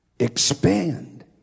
expand